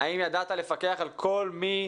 האם ידעת לפקח על כל מי